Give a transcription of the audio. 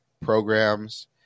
programs